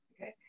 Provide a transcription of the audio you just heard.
Okay